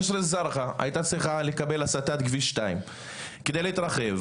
ג'סר א-זרקה הייתה צריכה לקבל הסטת כביש 2 כדי להתרחב,